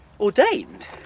Ordained